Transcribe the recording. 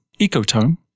Ecotone